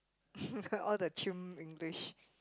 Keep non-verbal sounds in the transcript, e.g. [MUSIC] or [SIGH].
[LAUGHS] all the chim English